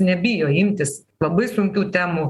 nebijo imtis labai sunkių temų